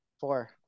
Four